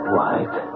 White